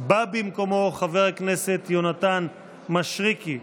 בא במקומו חבר הכנסת יונתן מישרקי.